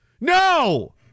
No